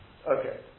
Okay